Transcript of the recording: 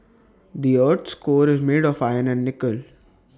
the Earth's core is made of iron and nickel